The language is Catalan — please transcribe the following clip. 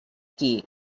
qui